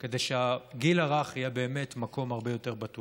כדי שהגיל הרך יהיה באמת מקום הרבה יותר בטוח.